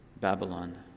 Babylon